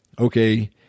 okay